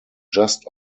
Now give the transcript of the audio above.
just